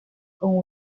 con